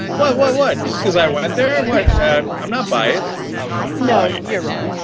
well i well i just cuz i went there with a i'm not biased knowing you're ah